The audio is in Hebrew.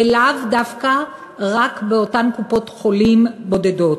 ולאו דווקא רק באותן קופות-חולים בודדות.